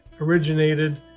originated